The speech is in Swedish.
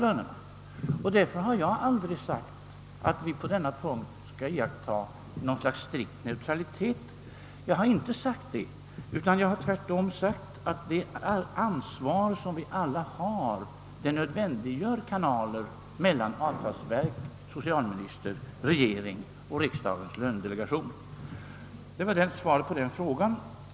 Jag har aldrig sagt att vi på denna punkt skall iaktta något slags strikt neutralitet. Jag har tvärtom sagt att det ansvar vi alla har nödvändiggör kanaler mellan avtalsverk, socialminister, regering och riksdagens lönedelegation. — Det var svaret på den frågan.